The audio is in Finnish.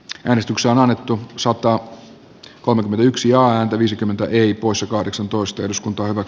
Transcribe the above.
julistuksella annettu sota kolmekymmentäyksi ääntä viisikymmentä eli poissa kahdeksantoista eduskunta ovat